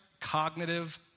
cognitive